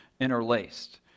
interlaced